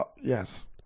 Yes